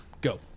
Go